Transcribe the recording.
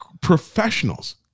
professionals